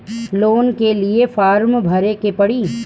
Loan के लिए form भरे के पड़ी?